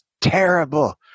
terrible